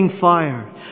fire